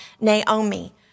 Naomi